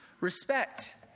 Respect